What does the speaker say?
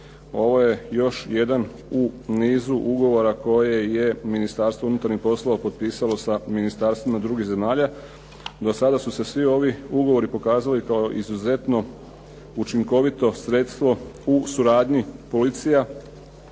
Ovo je još jedan u nizu ugovora koje je Ministarstvo unutarnjih poslova potpisalo sa ministarstvima drugih zemalja. Do sada su se svi ovi ugovori pokazali kao izuzetno učinkovito sredstvo u suradnji policija,